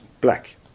black